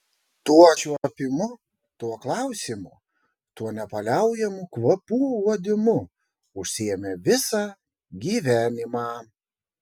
tuo čiuopimu tuo klausymu tuo nepaliaujamu kvapų uodimu užsiėmė visą gyvenimą